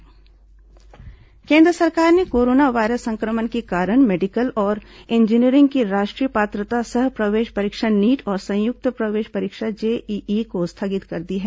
JEE NEET केन्द्र सरकार ने कोरोना वायरस संक्रमण के कारण मेडिकल और इंजीनियरिंग की राष्ट्रीय पात्रता सह प्रवेश परीक्षा नीट और संयुक्त प्रवेश परीक्षा जेईई स्थगित कर दी है